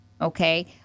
okay